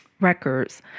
records